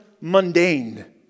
mundane